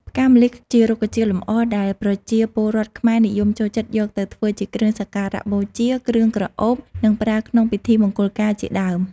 ផ្កាម្លិះ ជារុក្ខជាតិលម្អ ដែលប្រជាពលរដ្ឋខ្មែរនិយមចូលចិត្តយកទៅធ្វើជាគ្រឿងសក្ការបូជា គ្រឿងក្រអូប និងប្រើក្នុងពិធីមង្គលការជាដើម។